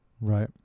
right